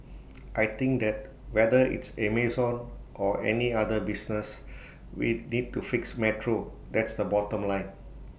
I think that whether it's Amazon or any other business we need to fix metro that's the bottom line